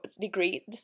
degree